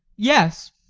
yes,